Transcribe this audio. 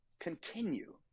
continue